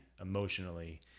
emotionally